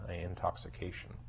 intoxication